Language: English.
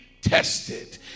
tested